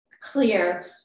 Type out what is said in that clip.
clear